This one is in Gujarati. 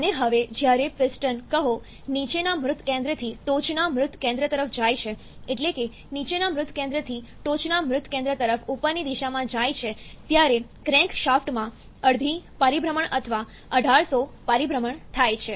અને હવે જ્યારે પિસ્ટન કહો નીચેના મૃત કેન્દ્રથી ટોચના મૃત કેન્દ્ર તરફ જાય છે એટલે કે નીચેના મૃત કેન્દ્રથી ટોચના મૃત કેન્દ્ર તરફ ઉપરની દિશામાં જાય છે ત્યારે ક્રેન્કશાફ્ટમાં અડધી પરિભ્રમણ અથવા 1800 પરિભ્રમણ થાય છે